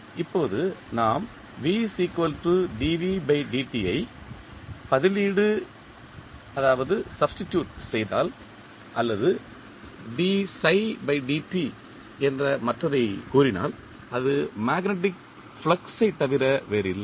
இப்போது நாம் ஐ பதிலீடு செய்தால் அல்லது என்ற மற்றதை கூறினால் அது மேக்னெட்டிக் ஃபிளக்ஸ் த் தவிர வேறில்லை